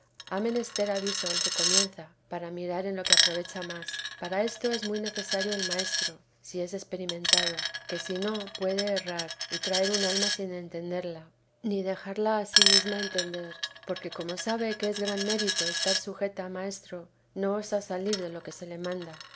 ha menester aviso el que comienza para mirar en lo que aprovecha más para esto es muy necesario e maestro si es experimentado que si no mucho puede errar y traer un alma sin entenderla ni dejarla a sí mesraa entender porque como sabe que es gran mérito estar sujeta a maestro no osa salir de lo que se le manda